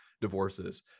divorces